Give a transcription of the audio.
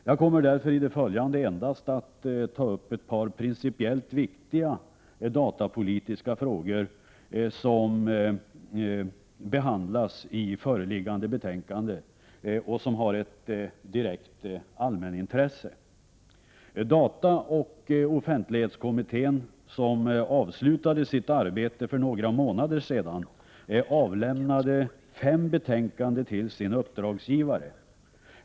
Jag kommer därför i det följande att ta upp endast några principiellt viktiga datapolitiska frågor som behandlas i föreliggande betänkande och som har ett direkt allmänintresse. Dataoch offentlighetskommittén, som avslutade sitt arbete för några månader sedan, avlämnade fem betänkanden till sin uppdragsgivare.